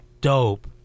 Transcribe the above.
dope